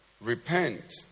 Repent